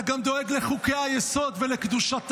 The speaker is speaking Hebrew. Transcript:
אתה גם דואג לחוקי-היסוד ולקדושתם,